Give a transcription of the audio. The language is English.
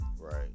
Right